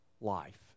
life